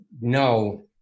no